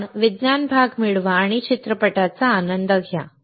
तर विज्ञान भाग मिळवा आणि चित्रपटाचा आनंद घ्या